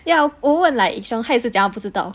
yeah 我问 like shonghai 也是讲他不知道